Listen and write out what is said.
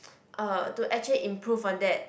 uh to actually improve on that